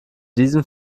diesem